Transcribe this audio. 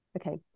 Okay